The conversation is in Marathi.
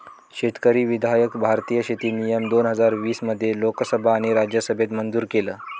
शेतकरी विधायक भारतीय शेती नियम दोन हजार वीस मध्ये लोकसभा आणि राज्यसभेत मंजूर केलं